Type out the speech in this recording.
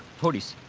police,